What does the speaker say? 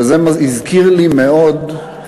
וזה הזכיר לי מאוד,